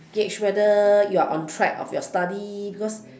gauge whether you're on track of your study because